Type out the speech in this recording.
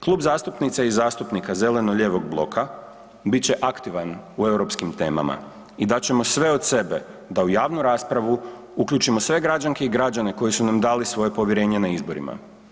Klub zastupnica i zastupnika zeleno-lijevog bloka bit će aktivan u europskim temama i dat ćemo sve od sebe da u javnu raspravu uključimo sve građanke i građane koji su nam dali svoje povjerenje na izborima.